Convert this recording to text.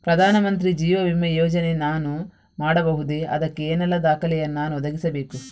ಪ್ರಧಾನ ಮಂತ್ರಿ ಜೀವ ವಿಮೆ ಯೋಜನೆ ನಾನು ಮಾಡಬಹುದೇ, ಅದಕ್ಕೆ ಏನೆಲ್ಲ ದಾಖಲೆ ಯನ್ನು ನಾನು ಒದಗಿಸಬೇಕು?